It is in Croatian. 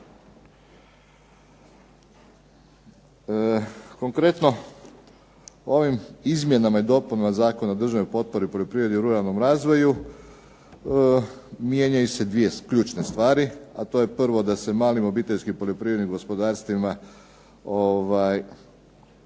Konkretno ovim izmjenama i dopunama Zakona o državnoj potpori poljoprivredi i ruralnom razvoju mijenjaju se dvije ključne stvari. A to je prvo da se malim obiteljskim poljoprivrednim gospodarstvima